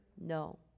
no